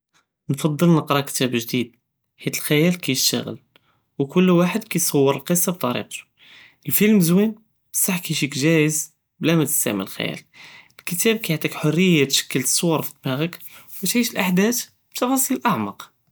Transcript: נקדמל נקרא כתאב ג'דיד, חית אלחיאל קישתג'ל, ו כל ואחד קיصور אלקיסה בבטריקטו, אלפילם זוין ולקין קיג'יק ג'איז, בלא מא תסטעמל חיאל, אלכתאב יעטיכ אלחריה תשתכל אססואר פדמאג'כ ותעיש אלאחדאת ביטפאסיל אעמק.